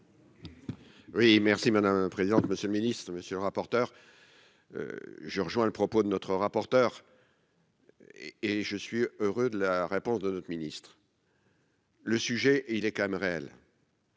Oui merci madame la présidente, monsieur ministre monsieur le rapporteur, je rejoins le propos de notre rapporteur. Et je suis heureux de la réponse de notre ministre. Le sujet, et il est quand même réelle.